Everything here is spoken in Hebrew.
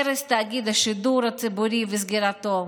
הרס תאגיד השידור הציבורי וסגירתו,